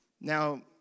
Now